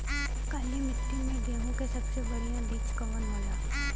काली मिट्टी में गेहूँक सबसे बढ़िया बीज कवन होला?